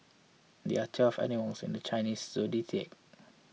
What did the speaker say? there are twelve animals in the Chinese zodiac